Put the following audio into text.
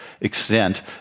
extent